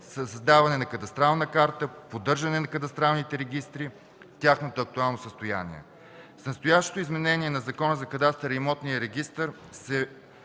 създаване на кадастрална карта, поддържане на кадастралните регистри, тяхното актуално състояние. С настоящото изменение на Закона за кадастъра и имотния регистър